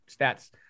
stats